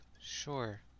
sure